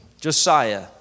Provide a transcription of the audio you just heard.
Josiah